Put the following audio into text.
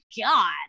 god